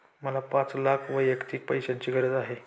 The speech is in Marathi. मला पाच लाख वैयक्तिक पैशाची गरज आहे